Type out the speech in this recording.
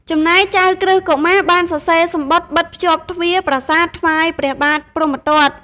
ចំណែកចៅក្រឹស្នកុមារបានសរសេរសំបុត្របិទជាប់ទ្វារប្រាសាទថ្វាយព្រះបាទព្រហ្មទត្ត។